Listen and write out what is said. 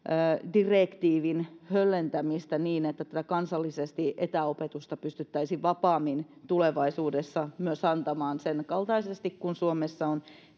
direktiivin höllentämistä niin että kansallisesti etäopetusta pystyttäisiin vapaammin myös tulevaisuudessa antamaan sen kaltaisesti kuin suomessa on